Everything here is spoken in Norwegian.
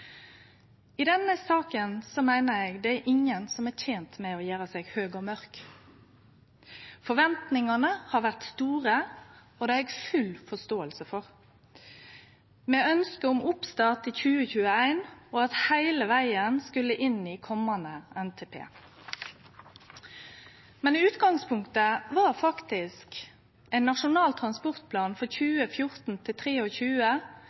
I denne saka meiner eg ingen er tent med å gjere seg høg og mørk. Forventningane har vore store – og det har eg full forståing for – med ønske om oppstart i 2021 og at heile vegen skulle inn i den komande NTP-en. Men utgangspunktet var faktisk ein Nasjonal transportplan for